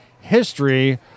History